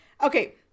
Okay